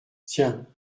tiens